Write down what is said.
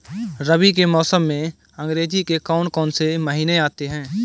रबी के मौसम में अंग्रेज़ी के कौन कौनसे महीने आते हैं?